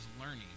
learning